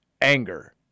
anger